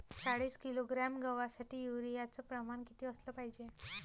चाळीस किलोग्रॅम गवासाठी यूरिया च प्रमान किती असलं पायजे?